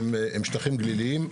שטחים גליליים,